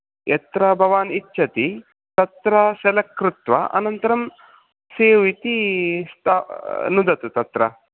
यत्र भवान् इच्छति तत्र सेलक्ट् कृत्वा अनन्तरं सेव् इति स्था नुदतु तत्र